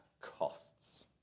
costs